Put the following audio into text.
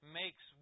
makes